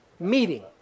meeting